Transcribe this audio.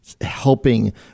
helping